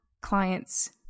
clients